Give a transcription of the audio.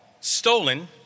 stolen